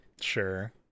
sure